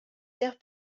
sert